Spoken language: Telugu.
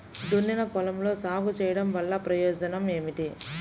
దున్నిన పొలంలో సాగు చేయడం వల్ల ప్రయోజనం ఏమిటి?